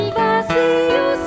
vazio